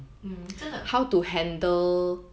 mm 真的